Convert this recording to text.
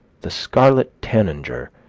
the scarlet tanager,